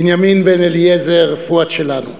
בן-אליעזר, פואד שלנו,